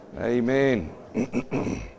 Amen